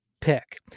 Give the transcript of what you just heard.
pick